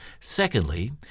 Secondly